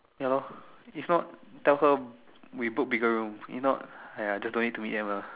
ya lor if not tell her we book bigger room if not !aiya! just don't need to meet them lah